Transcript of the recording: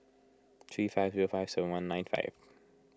three five zero five seven one nine five